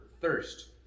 thirst